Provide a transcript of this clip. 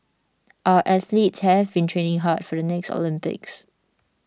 our athletes have been training hard for the next Olympics